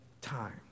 time